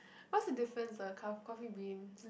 what's the difference ah caf~ Coffee Beans